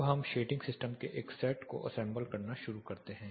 अब हम shading system के एक सेट को असेंबल करना शुरू करते हैं